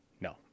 no